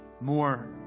more